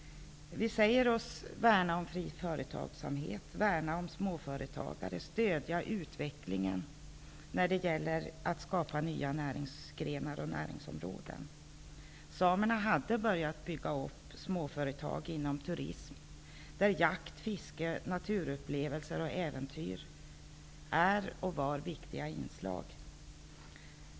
Vi säger oss värna om fri företagssamhet och småföretagare och stödja utvecklingen när det gäller att skapa nya näringsgrenar och näringsområden. Samerna hade börjat bygga upp småföretag inom turism där jakt, fiske, naturupplevelser och äventyr var viktiga inslag.